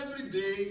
everyday